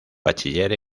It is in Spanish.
bachiller